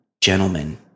gentlemen